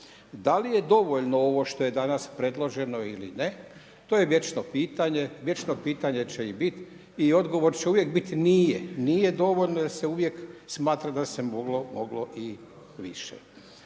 Da li je dovoljno ovo što je danas predloženo ili ne, to je vječno pitanje, vječno pitanje će i bit i odgovor će uvijek bit nije, nije dovoljno jer se uvijek smatra da se moglo i više.